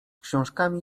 książkami